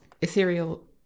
ethereal